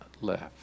left